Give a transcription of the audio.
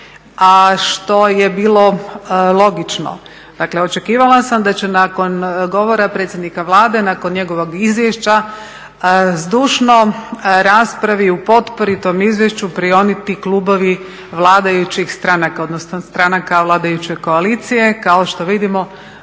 a što je bilo logično. Dakle, očekivala sam da će nakon govora predsjednika Vlade, nakon njegovog izvješća zdušno raspravi u … izvješću prionuti klubovi vladajućih stranaka, odnosno stranaka vladajuće koalicije kao što vidimo,